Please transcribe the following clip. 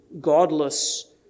godless